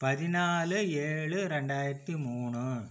பதினாலு ஏழு ரெண்டாயிரத்தி மூணு